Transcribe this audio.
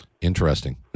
Interesting